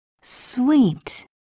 Sweet